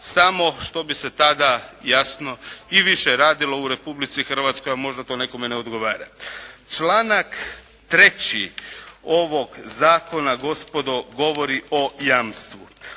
samo što bi se tada jasno i više radilo u Republici Hrvatskoj, a možda to nekome ne odgovara. Članak 3. ovog zakona gospodo govori o jamstvu.